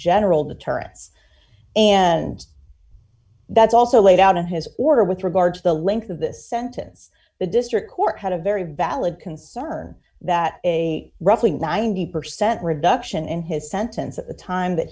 general deterrence and that's also laid out in his order with regard to the length of this sentence the district court had a very valid concern that a roughly ninety percent reduction in his sentence at the time that